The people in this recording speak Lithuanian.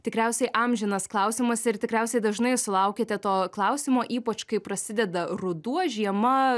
tikriausiai amžinas klausimas ir tikriausiai dažnai sulaukiate to klausimo ypač kai prasideda ruduo žiema